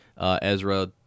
Ezra